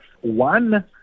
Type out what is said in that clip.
One